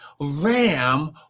ram